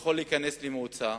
יכול להיכנס למועצה